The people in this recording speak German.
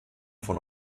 von